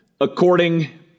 according